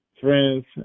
friends